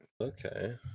Okay